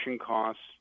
costs